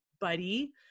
buddy